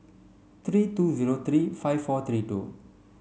three two zero three five four three two